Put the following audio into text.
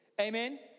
Amen